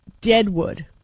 Deadwood